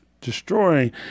destroying